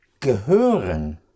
gehören